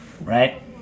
Right